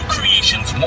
Creations